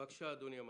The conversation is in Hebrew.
בבקשה, אדוני המנכ"ל.